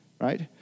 right